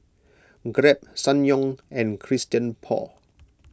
Grab Ssangyong and Christian Paul